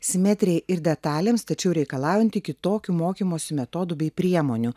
simetrijai ir detalėms tačiau reikalaujantį kitokių mokymosi metodų bei priemonių